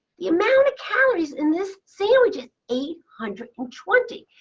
the amount of calories in this sandwich is eight hundred and twenty.